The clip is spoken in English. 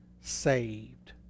saved